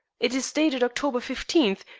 it is dated october fifteenth,